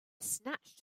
snatched